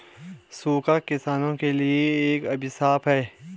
सूखा किसानों के लिए एक अभिशाप है